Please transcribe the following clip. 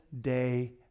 day